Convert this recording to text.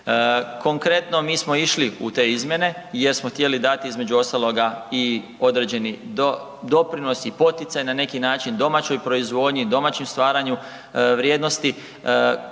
Konkretno, mi smo išli u te izmjene jer smo htjeli dati između ostaloga i određeni doprinos i poticaj na neki način domaćoj proizvodnji, domaćem stvaranju vrijednosti,